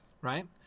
right